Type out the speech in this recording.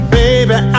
baby